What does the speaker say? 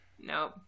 Nope